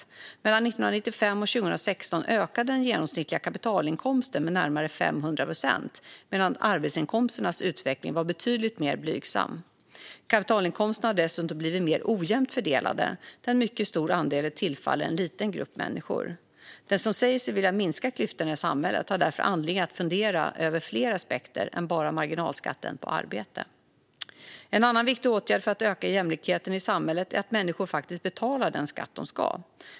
Mellan 1995 och 2016 ökade den genomsnittliga kapitalinkomsten med närmare 500 procent, medan arbetsinkomsternas utveckling var betydligt mer blygsam. Kapitalinkomsterna har dessutom blivit mer ojämnt fördelade, där en mycket stor andel tillfaller en liten grupp människor. Den som säger sig vilja minska klyftorna i samhället har därför anledning att fundera över fler aspekter än bara marginalskatten på arbete. En annan viktig åtgärd för att öka jämlikheten i samhället är att människor faktiskt betalar den skatt de ska.